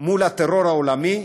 מול הטרור העולמי,